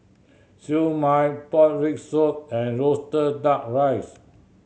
Siew Mai pork rib soup and roasted Duck Rice